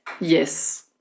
Yes